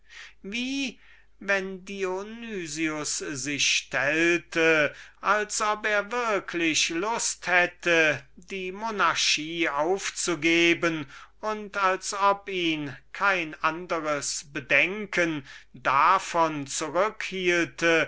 herauszulassen wie wenn dionysius sich stellte als ob er lust hätte die monarchie aufzugeben und als ob ihn kein andres bedenken davon